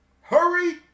Hurry